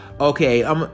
okay